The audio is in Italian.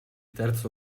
terzo